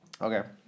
Okay